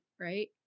right